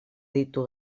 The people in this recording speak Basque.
ditu